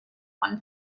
one